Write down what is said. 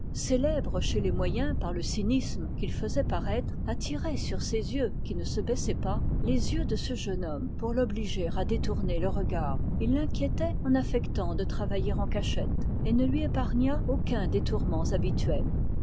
célèbre chez les moyens par le cynisme qu'il faisait paraître attirait sur ses yeux qui ne se baissaient pas les yeux de ce jeune homme pour l'obliger à détourner le regard il l'inquiétait en affectant de travailler en cachette et ne lui épargna aucun des tourments habituels